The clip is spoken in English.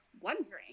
wondering